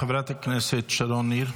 חברת הכנסת שרון ניר,